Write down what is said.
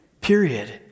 period